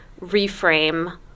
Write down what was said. reframe